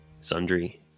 Sundry